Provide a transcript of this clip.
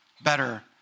better